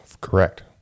Correct